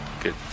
good